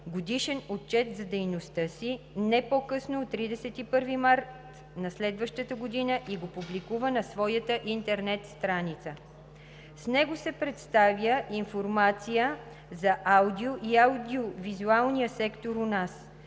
Годишен отчет за дейността си не по-късно от 31 март на следващата година и го публикува на своята интернет страница. С него се представя информация за: аудио- и аудиовизуалния сектор у нас;